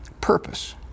purpose